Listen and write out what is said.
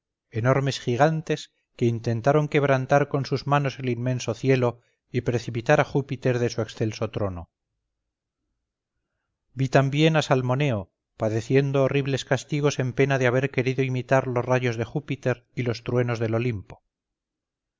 enormes gigantes que intentaron quebrantar con sus manos el inmenso cielo y precipitar a júpiter de su excelso trono vi también a salmoneo padeciendo horribles castigos en pena de haber querido imitar los rayos de júpiter y los truenos del olimpo